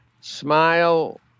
smile